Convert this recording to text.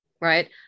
right